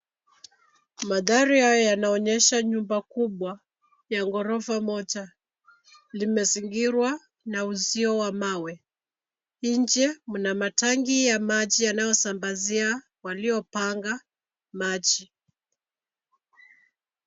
Magari haya yanaonyesha nyumba kubwa ya ghorofa moja, limezingirwa na uzio wa mawe. Nje, mna matanki ya maji yanayosambazia waliopanga maji.